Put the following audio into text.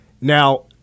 Now